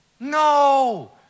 No